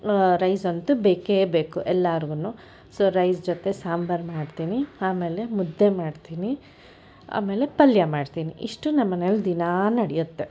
rice ಅಂತು ಬೇಕೇ ಬೇಕು ಎಲ್ಲರಿಗೂನು ಸೊ ರೈಸ್ ಜೊತೆ ಸಾಂಬಾರು ಮಾಡ್ತೀನಿ ಆಮೇಲೆ ಮುದ್ದೆ ಮಾಡ್ತೀನಿ ಆಮೇಲೆ ಪಲ್ಯ ಮಾಡ್ತೀನಿ ಇಷ್ಟು ನಮ್ಮ ಮನೇಲಿ ದಿನ ನಡಿಯತ್ತೆ